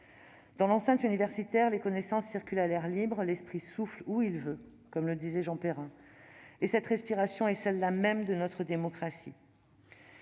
Dans l'enceinte universitaire, les connaissances circulent à l'air libre, « l'esprit souffle où il veut » comme le rappelait Jean Perrin, et cette respiration est celle-là même de notre démocratie.